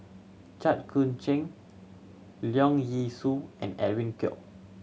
Jit Koon Ch'ng Leong Yee Soo and Edwin Koek